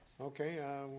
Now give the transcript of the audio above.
Okay